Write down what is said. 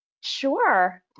Sure